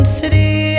city